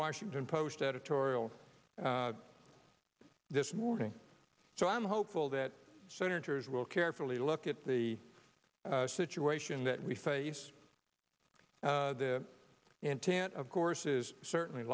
washington post editorial this morning so i'm hopeful that senators will carefully look at the situation that we face the intent of course is certainly